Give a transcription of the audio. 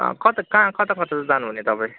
कता कहाँ कता कता चाहिँजानु हुने तपाईँ